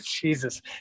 jesus